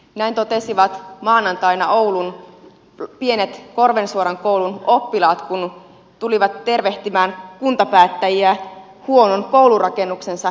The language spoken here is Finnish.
näin totesivat maanantaina oulun pienet korvensuoran koulun oppilaat kun tulivat tervehtimään kuntapäättäjiä huonon koulurakennuksensa johdosta